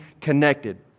connected